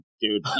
dude